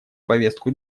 повестку